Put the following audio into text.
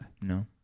No